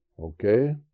okay